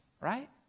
right